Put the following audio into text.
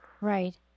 Right